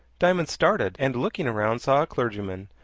diamond started, and looking around saw a clergyman,